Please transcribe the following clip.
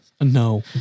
no